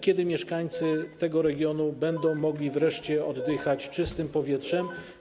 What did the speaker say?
Kiedy mieszkańcy tego regionu będą mogli wreszcie oddychać czystym powietrzem?